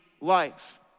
life